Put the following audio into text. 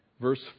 Verse